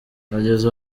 bageze